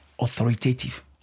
authoritative